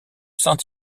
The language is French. saint